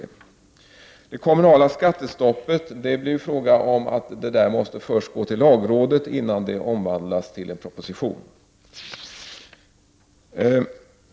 Förslaget om kommunalt skattestopp måste först behandlas av lagrådet innan det kan tas upp i en proposition.